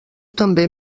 també